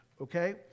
okay